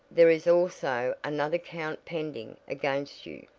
there is also another count pending against you.